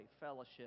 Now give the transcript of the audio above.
fellowship